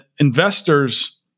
investors